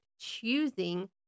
choosing